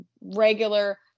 regular